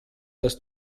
dass